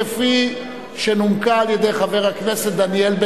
כפי שנומקה על-ידי דניאל בן-סימון.